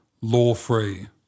Law-free